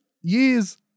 years